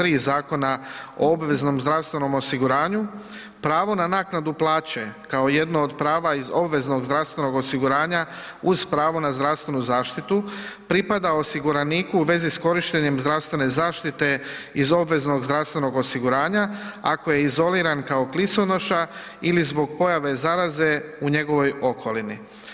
3. Zakona o obveznom zdravstvenom osiguranju pravo na naknadu plaće kao jedno od prava iz obveznog zdravstvenog osiguranja uz pravo na zdravstvenu zaštitu pripada osiguraniku u vezi s korištenjem zdravstvene zaštite iz obveznog zdravstvenog osiguranja ako je izoliran kao kliconoša ili zbog pojave zaraze u njegovoj okolini.